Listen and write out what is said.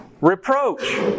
Reproach